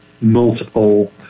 multiple